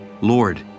Lord